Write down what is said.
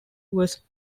was